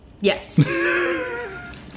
Yes